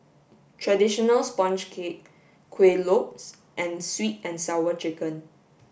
traditional sponge cake Kueh Lopes and sweet and sour chicken